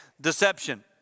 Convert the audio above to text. deception